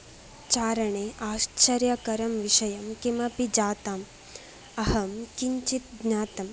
चारणे आश्चर्यकरं विषयं किमपि जातम् अहं किञ्चित् ज्ञातं